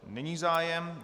Není zájem.